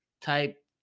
type